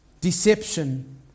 deception